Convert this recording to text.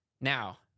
Now